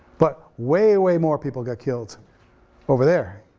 but way, way more people got killed over there,